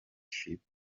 sheep